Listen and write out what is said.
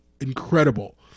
incredible